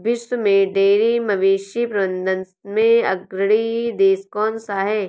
विश्व में डेयरी मवेशी प्रबंधन में अग्रणी देश कौन सा है?